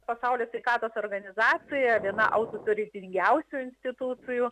pasaulio sveikatos organizacija viena autoritetingiausių institucijų